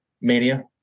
mania